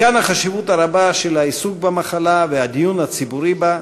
מכאן החשיבות הרבה של העיסוק במחלה והדיון הציבורי בה,